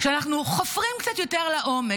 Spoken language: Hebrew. כשאנחנו חופרים קצת יותר לעומק,